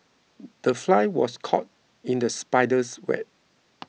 the fly was caught in the spider's web